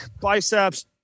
biceps